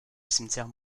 cimetière